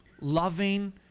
loving